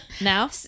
now